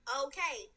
okay